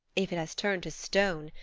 if it has turned to stone,